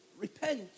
Repent